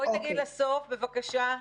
תגיעי לסוף, בבקשה.